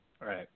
Right